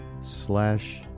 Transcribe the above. slash